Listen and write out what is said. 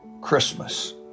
Christmas